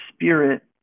Spirit